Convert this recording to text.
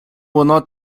воно